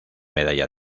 medalla